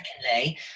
Secondly